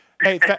Hey